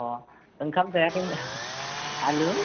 अ ओंखाम जायाखै आलु